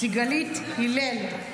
סיגלית הלל,